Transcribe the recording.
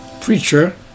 preacher